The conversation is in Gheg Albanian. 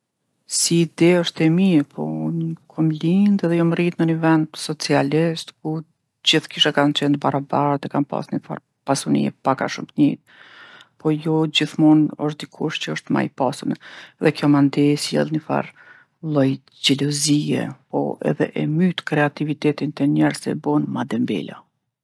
Si ide osht e mirë, po unë kom lindë edhe jom rritë në ni vend socialist ku gjithë kishe kanë qenë t'barabartë dhe kanë pasë nifar pasunie pak a shumë t'njejtë. Po jo, gjithmonë osht dikush që osht ma i pasun dhe kjo mandej sjell nifar lloj xhelozie po edhe e myt kreativitetin te njerztë e bohen ma dembela.